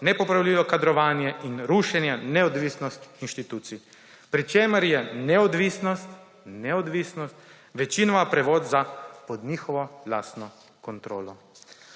nepopravljivo kadrovanje in rušenje neodvisnosti institucij. Pri čemer je »neodvisnost« večinoma prevod za »pod njihovo kontrolo«.«